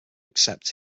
accept